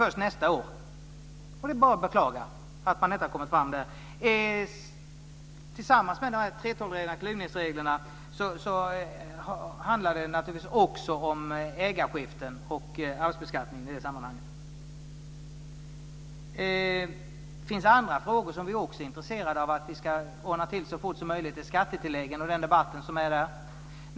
Det är bara att beklaga att man inte har nått resultat där. Tillsammans med 3:12-reglerna, klyvningsreglerna, handlar det naturligtvis också om ägarskiften och arvsbeskattning. Det finns andra frågor som vi också är intresserade av att ordna till så fort som möjligt. Det är skattetilläggen och den debatt som förs om dem.